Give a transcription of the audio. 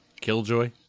Killjoy